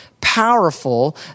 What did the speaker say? powerful